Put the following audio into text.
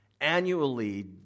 Annually